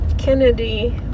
Kennedy